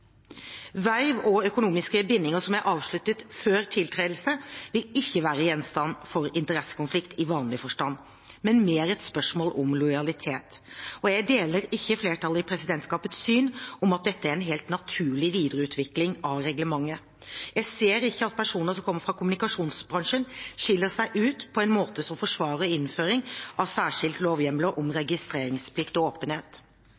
og økonomiske bindinger som er avsluttet før tiltredelse, vil ikke være gjenstand for interessekonflikt i vanlig forstand, men mer et spørsmål om lojalitet. Jeg deler ikke synet til flertallet i presidentskapet om at dette er en helt «naturlig videreutvikling av reglementet». Jeg ser ikke at personer som kommer fra kommunikasjonsbransjen, skiller seg ut på en måte som forsvarer innføring av særskilte lovhjemler om registreringsplikt og åpenhet.